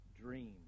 dream